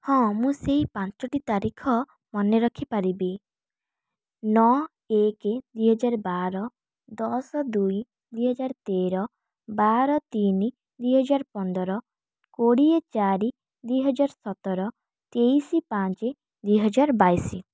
ହଁ ମୁଁ ସେହି ପାଞ୍ଚଟି ତାରିଖ ମନେ ରଖିପାରିବି ନଅ ଏକ ଦୁଇହଜାର ବାର ଦଶ ଦୁଇ ଦୁଇହଜାର ତେର ବାର ତିନି ଦୁଇହଜାର ପନ୍ଦର କୋଡ଼ିଏ ଚାରି ଦୁଇହଜାର ସତର ତେଇଶ ପାଞ୍ଚ ଦୁଇହଜାର ବାଇଶ